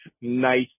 nice